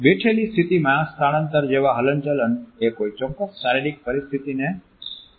બેઠેલી સ્થિતિમાં સ્થળાંતર જેવા હલનચલન એ કોઈ ચોક્કસ શારીરિક પરિસ્થિતિને સમજવાનો સરળ માર્ગ હોઈ શકે છે